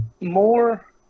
more